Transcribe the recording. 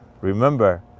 Remember